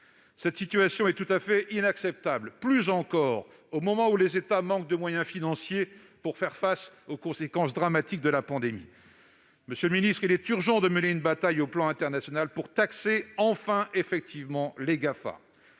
Cette situation est tout à fait inacceptable, plus encore au moment où les États manquent de moyens financiers pour faire face aux conséquences dramatiques de la pandémie. Il est urgent de mener une bataille au plan international, pour, enfin, taxer de manière effective les GAFA.